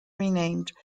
renamed